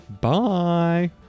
bye